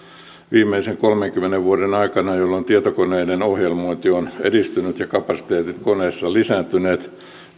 viimeisen kolmenkymmenen vuoden aikana tietokoneiden ohjelmointi on edistynyt ja kapasiteetit koneissa lisääntyneet